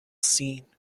scene